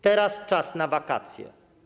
Teraz czas na wakacje.